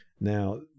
Now